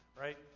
right